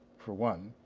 for one.